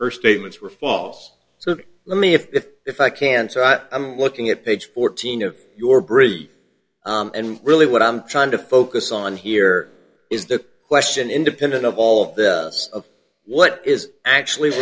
her statements were false so let me if if i can so i am looking at page fourteen of your brief and really what i'm trying to focus on here is the question independent of all of what is actually